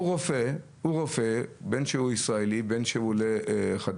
הוא רופא, בין שהוא ישראלי ובין שהוא עולה חדש.